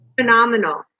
phenomenal